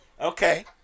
okay